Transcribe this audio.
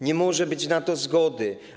Nie może być na to zgody.